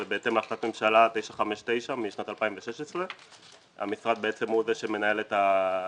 שזה בהתאם להחלטת ממשלה 959 משנת 2016. המשרד בעצם הוא זה שמנהל את המעקב